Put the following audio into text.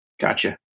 Gotcha